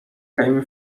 come